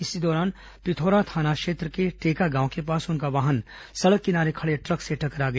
इसी दौरान पिथौरा थाना क्षेत्र के टेका गांव के पास उनका वाहन सड़क किनारे खड़े ट्रक से टकरा गया